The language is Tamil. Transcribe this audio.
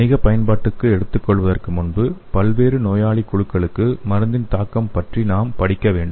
வணிக பயன்பாட்டிற்கு எடுத்துக்கொள்வதற்கு முன்பு பல்வேறு நோயாளி குழுக்களுக்கு மருந்தின் தாக்கம் பற்றி நாம் படிக்க வேண்டும்